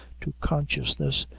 to consciousness,